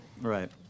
Right